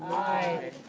aye.